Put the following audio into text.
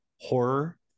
horror